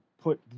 put